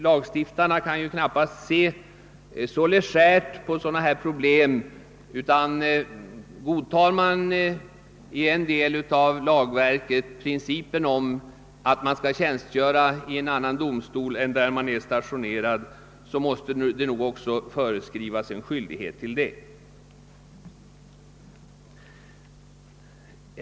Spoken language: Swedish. Lagstiftarna kan knappast se så l1egärt på sådana här problem. Godtas i en del av lagverket principen om att man skall tjänstgöra i en annan domstol än där man är stationerad, måste det också föreskrivas en skyldighet att göra detta.